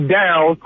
down